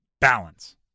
balance